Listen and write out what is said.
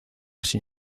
sin